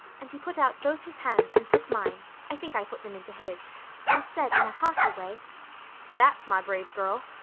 and he put out both his hands and took mine i think i put them into his and said in a hearty way that's my brave girl.